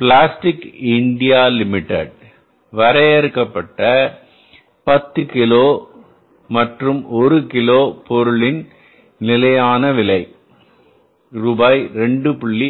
plastic India limited வரையறுக்கப்பட்ட10 kilo மற்றும் ஒரு கிலோ பொருளின் நிலையான விலை ரூபாய் 2